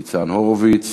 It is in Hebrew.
ו-2377.